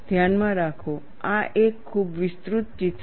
ધ્યાનમાં રાખો આ એક ખૂબ વિસ્તૃત ચિત્ર છે